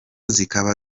zikaba